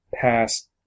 past